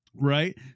Right